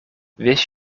wist